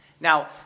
Now